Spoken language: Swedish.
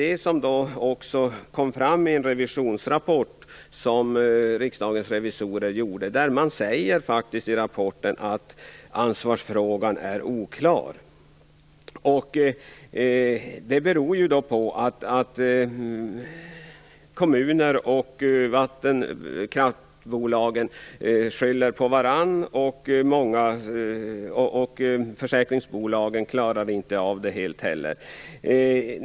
I en revisionsrapport från Riksdagens revisorer säger man att ansvarsfrågan faktiskt är oklar. Det beror på att kommunerna och kraftbolagen skyller på varandra. Inte heller försäkringsbolagen klarade att ta ansvar.